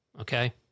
okay